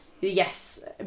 yes